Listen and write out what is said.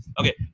Okay